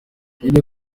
niyo